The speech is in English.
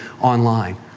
online